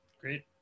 Great